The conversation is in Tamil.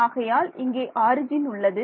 ஆகையால் இங்கே ஆரிஜின் உள்ளது